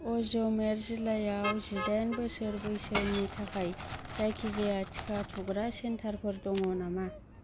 अज मेर जिल्लायाव जिदाइन बोसोर बेसोनि थाखाय जायखिजाया टिका थुग्रा सेन्टारफोर दङ नामा